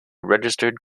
registered